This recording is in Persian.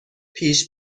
پیش